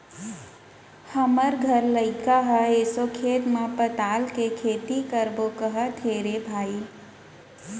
हमर घर लइका ह एसो खेत म पताल के खेती करबो कहत हे रे भई